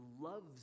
loves